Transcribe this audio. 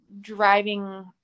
driving